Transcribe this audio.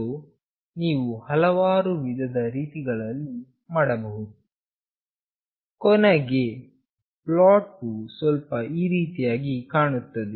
so ನೀವು ಹಲವಾರು ವಿಧದ ರೀತಿಗಳಲ್ಲಿ ಮಾಡಬಹುದು ಕೊನೆಗೆ ಪ್ಲಾಟ್ ವು ಸ್ವಲ್ಪ ಈ ರೀತಿಯಾಗಿ ಕಾಣುತ್ತದೆ